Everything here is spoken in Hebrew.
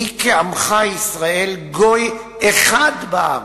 "מי כעמך ישראל גוי אחד בארץ".